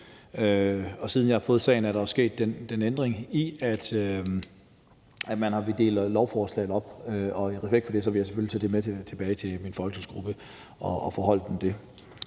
Og siden jeg har fået sagen, er der jo sket den ændring, at man vil dele et af punkterne op i to – og i respekt for det vil jeg selvfølgelig tage det med tilbage til min folketingsgruppe og foreholde dem det.